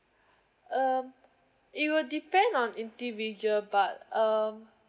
um it will depend on individual but um